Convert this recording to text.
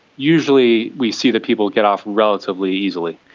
usually we see the people get off relatively easily.